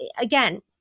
again